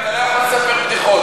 אתה לא יכול לספר בדיחות.